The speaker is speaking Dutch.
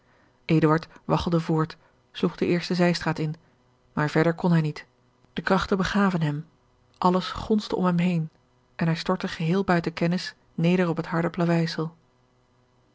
waggelde voort sloeg de eerste zijstraat in maar verder kon hij niet de krachten begaven hem alles gonsde om hem heen en hij stortte geheel buiten kennis neder op het harde